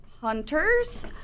hunters